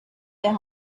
their